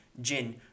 gin